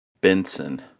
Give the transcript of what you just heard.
Benson